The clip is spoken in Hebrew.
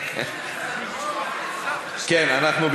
אנחנו,